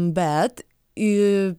bet į